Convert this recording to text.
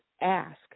ask